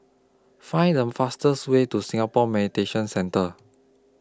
Find The fastest Way to Singapore Mediation Centre